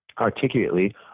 articulately